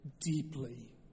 deeply